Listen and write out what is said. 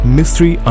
Mystery